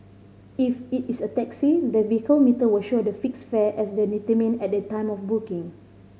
if it is a taxi the vehicle meter will show the fixed fare as the determined at the time of booking